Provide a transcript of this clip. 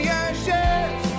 ashes